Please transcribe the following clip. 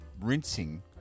rinsing